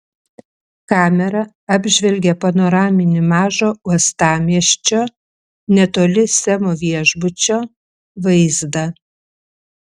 kamera apžvelgė panoraminį mažo uostamiesčio netoli semo viešbučio vaizdą